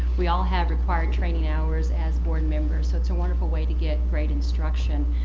we all have required training hours as board members so it's a wonderful way to get great instruction.